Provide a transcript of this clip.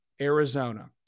Arizona